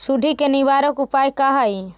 सुंडी के निवारक उपाय का हई?